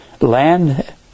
land